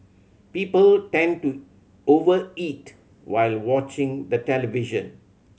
people tend to over eat while watching the television